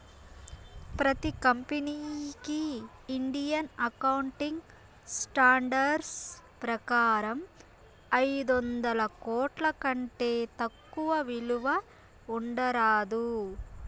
ప్రతి కంపెనీకి Indian accounting standards ప్రకారం ఐదొందల కోట్ల కంటే తక్కువ విలువ ఉండరాదు